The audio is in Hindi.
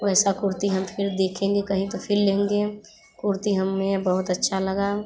वैसी कुर्ती हम फिर देखेंगे कहीं तो फिर लेंगे कुर्ती हमें बहुत अच्छा लगा